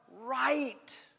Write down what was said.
right